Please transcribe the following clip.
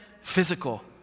physical